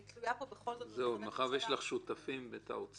אבל אני תלויה פה בכל זאת ב- -- מאחר שיש לך שותפים ואת האוצר,